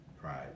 Pride